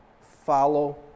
Follow